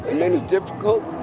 and many difficult